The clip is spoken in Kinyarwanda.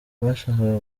bashakaga